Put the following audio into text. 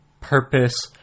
purpose